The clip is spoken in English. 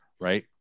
right